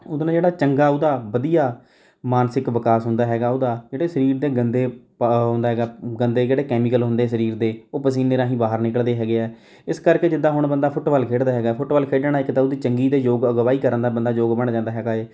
ਉਹਦੇ ਨਾਲ ਜਿਹੜਾ ਚੰਗਾ ਉਹਦਾ ਵਧੀਆ ਮਾਨਸਿਕ ਵਿਕਾਸ ਹੁੰਦਾ ਹੈਗਾ ਉਹਦਾ ਜਿਹੜੇ ਸਰੀਰ ਦੇ ਗੰਦੇ ਪਾ ਉਹ ਹੁੰਦਾ ਹੈਗਾ ਗੰਦੇ ਜਿਹੜੇ ਕੈਮੀਕਲ ਹੁੰਦੇ ਸਰੀਰ ਦੇ ਉਹ ਪਸੀਨੇ ਰਾਹੀਂ ਬਾਹਰ ਨਿਕਲਦੇ ਹੈਗੇ ਹੈ ਇਸ ਕਰਕੇ ਜਿੱਦਾਂ ਹੁਣ ਬੰਦਾ ਫੁੱਟਬਾਲ ਖੇਡਦਾ ਹੈਗਾ ਫੁੱਟਬਾਲ ਖੇਡਣ ਨਾਲ ਇੱਕ ਤਾਂ ਉਹਦੀ ਚੰਗੀ ਅਤੇ ਯੋਗ ਅਗਵਾਈ ਕਰਨ ਦਾ ਬੰਦਾ ਯੋਗ ਬਣ ਜਾਂਦਾ ਹੈਗਾ ਹੈ